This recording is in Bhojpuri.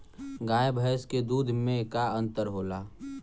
गाय भैंस के दूध में का अन्तर होला?